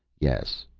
yes,